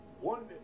one